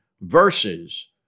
verses